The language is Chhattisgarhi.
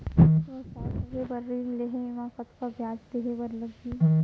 व्यवसाय करे बर ऋण लेहे म कतना ब्याज देहे बर लागही?